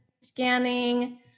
scanning